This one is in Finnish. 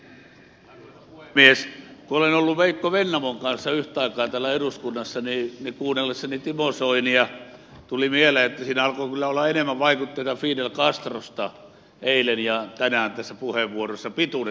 kun olen ollut veikko vennamon kanssa yhtä aikaa täällä eduskunnassa niin kuunnellessani timo soinia tuli mieleen että näissä puheenvuoroissa eilen ja tänään alkoi kyllä olla enemmän vaikutteita fidel castrosta neljä on tänään tässä puhevuoronsa pituudessakin